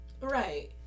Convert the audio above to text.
right